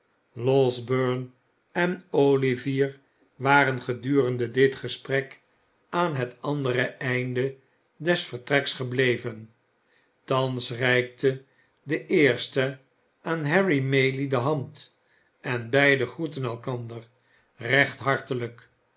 losberne en o ivier waren gedurende dit gesprek aan het andere einde des verlreks gebleven thans reikte de eerste aan harry maylie de hand en beiden groetten elkander recht hartelijk